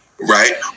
right